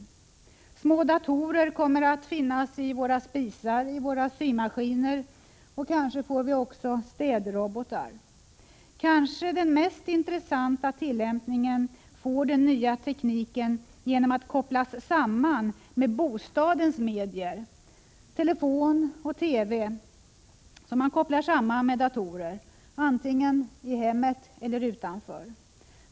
Små datorer kommer att finnas i spisar och i symaskiner. Kanske får vi också städrobotar. Men den mest intressanta tillämpningen får kanske den nya tekniken genom att koppla samman bostadens medier, telefon och TV med datorer, antingen i hemmet eller utanför.